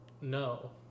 No